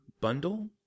bundle